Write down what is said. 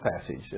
passage